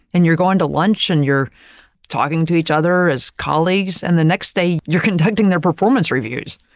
and you're going to lunch and you're talking to each other as colleagues, and the next day, you're conducting their performance reviews.